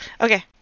Okay